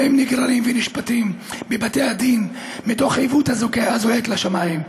והם נגררים ונשפטים בבתי הדין מתוך עיוות הזועק לשמיים.